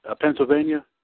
Pennsylvania